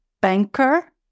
banker